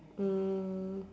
um